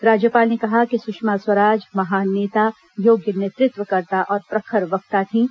राज्यपाल ने कहा कि सुषमा स्वराज महान नेता योग्य नेतृत्वकर्ता और प्रखर वक्ता थीं